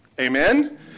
Amen